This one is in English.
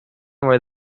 where